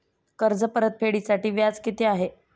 कर्ज परतफेडीसाठी व्याज किती आहे?